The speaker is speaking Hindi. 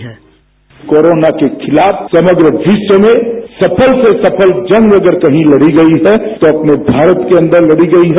साउंड बाईट कोरोना के खिलाफ समग्र विश्व में सफल से सफल जंग अगर कहीं लड़ी गई है तो अपने भारत के अंदर लड़ी गई है